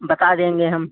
बता देंगे हम